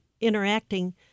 interacting